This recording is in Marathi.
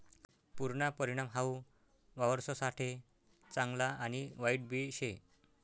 पुरना परिणाम हाऊ वावरससाठे चांगला आणि वाईटबी शे